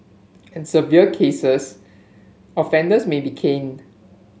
in severe cases offenders may be caned